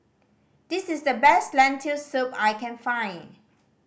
this is the best Lentil Soup I can find